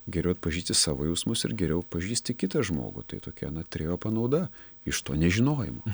geriau atpažįsti savo jausmus ir geriau pažįsti kitą žmogų tai tokia na trejopa nauda iš to nežinojimo